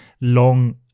long